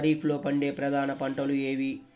ఖరీఫ్లో పండే ప్రధాన పంటలు ఏవి?